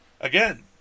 Again